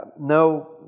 no